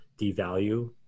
devalue